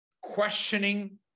questioning